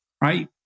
Right